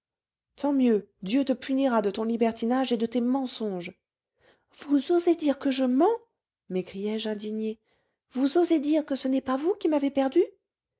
tant mieux dieu te punira de ton libertinage et de tes mensonges vous osez dire que je mens m'écriai-je indignée vous osez dire que ce n'est pas vous qui m'avez perdue